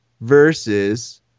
versus